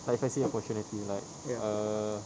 like if I see opportunity like err